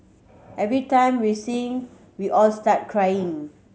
every time we sing we all start crying